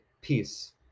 peace